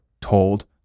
told